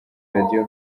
radio